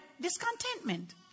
discontentment